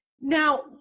Now